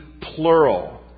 plural